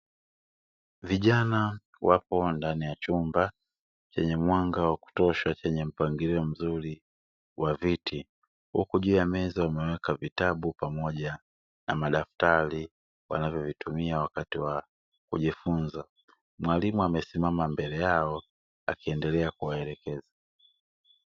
Vijana wapo ndani ya chumba chenye mwanga wa kutosha chenye mpangilio mzuri wa viti, huku juu ya meza wameweka vitabu pamoja na madaftrari wanavyovitumia wakati wa kujifunza; mwalimu amesimama mbele yao akiendelea kuwaelekeza.